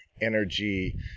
energy